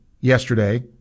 yesterday